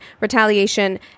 retaliation